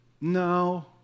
no